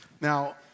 Now